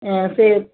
ம் சரி